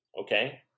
okay